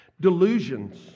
Delusions